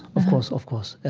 of course, of course.